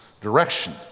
direction